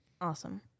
awesome